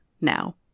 now